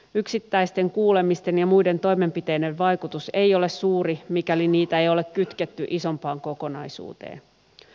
yksittäisten kuulemisten ja muiden toimenpiteiden vaikutus ei ole suuri mikäli niitä ei ole kytketty isompaan kokonaisuuteen